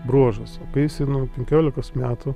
bruožas o kai jisai nuo penkiolikos metų